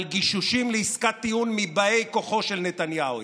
גישושים לעסקת טיעון מבאי כוחו של נתניהו.